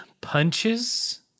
punches